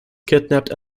kidnapped